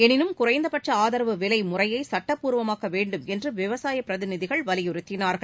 எனினும் குறைந்தபட்ச ஆதரவு விலை முறையை சட்டப்பூர்வமாக்க வேண்டும் என்று விவசாய பிரதிநிதிகள் வலியுறத்தினார்கள்